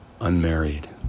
unmarried